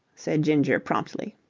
said ginger promptly.